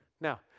Now